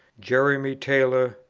jeremy taylor,